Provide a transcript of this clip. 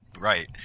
Right